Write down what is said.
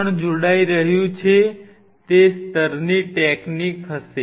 કોણ જોડાઈ રહ્યું છે તે સ્તરની ટેકનિક હશે